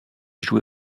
joué